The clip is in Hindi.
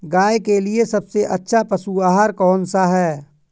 गाय के लिए सबसे अच्छा पशु आहार कौन सा है?